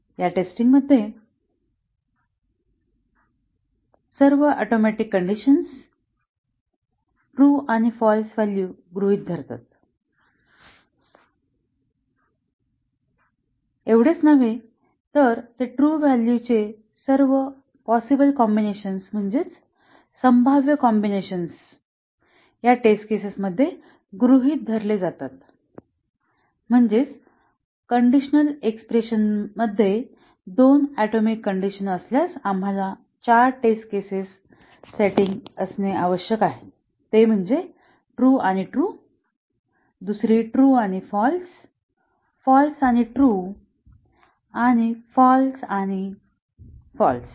या टेस्टिंग मध्ये सर्व ऍटोमिक कंडिशन ट्रू आणि फाल्स व्हॅल्यू गृहीत धरतात एवढेच नव्हे तर ट्रू व्हॅल्यूचे सर्व संभाव्य कॉम्बिनेशन या टेस्ट केसेस मध्ये गृहित धरले जातात म्हणजेच कंडिशनल एक्स्प्रेशनमध्ये दोन ऍटोमिक कंडिशन असल्यास आम्हाला चार टेस्ट केसेस सेटिंग आवश्यक आहेत ते म्हणजे ट्रू आणि ट्रू ट्रू आणि फाल्स फाँल्स आणि ट्रू आणि फाँल्स आणि फाँल्स